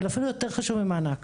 אבל זה אפילו יותר חשוב ממענק.